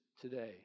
today